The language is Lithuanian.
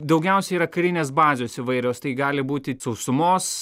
daugiausiai yra karinės bazės įvairios tai gali būti sausumos